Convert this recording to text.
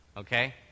Okay